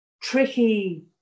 tricky